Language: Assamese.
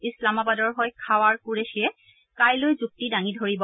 ইছলামাবাদৰ হৈ খাৱাৰ কুৰেশ্বিয়ে কাইলৈ যুক্তি দাঙি ধৰিব